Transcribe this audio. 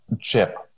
chip